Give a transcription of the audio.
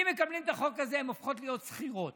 הן הופכות להיות שכירות